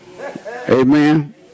Amen